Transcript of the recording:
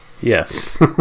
Yes